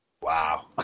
Wow